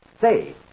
Say